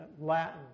Latin